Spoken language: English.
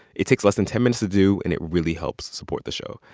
it takes less than ten minutes to do, and it really helps support the show.